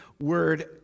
word